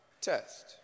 test